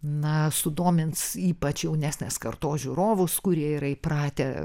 na sudomins ypač jaunesnės kartos žiūrovus kurie yra įpratę